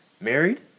Married